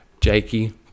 Jakey